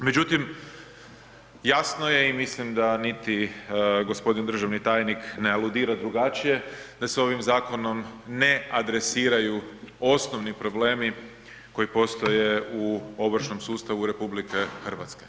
Međutim, jasno je i mislim da niti gospodin državni tajnik ne aludira drugačije da se ovim zakonom ne adresiraju osnovni problemi koji postoje u ovršnom sustavu RH.